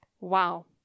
Wow